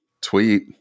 tweet